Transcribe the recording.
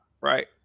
right